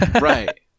Right